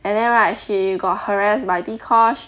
and then right she got harassed by dee-kosh